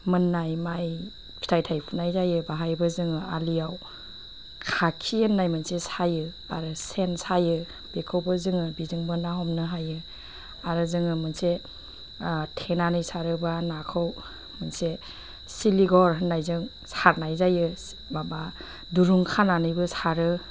मोननाय माइ फिथाइ थायफुनाय जायो बेवहायबो जोङो आलियाव खाखि होननाय मोनसे सायो आरो सेन सायो बेखौबो जोङो बेजोंबो ना हमनो हायो आरो जोङो मोनसे थेनानै सारोबा नाखौ मोनसे सिलिगर होननायजों सारनाय जायो माबा दुरुं खानानैबो सारो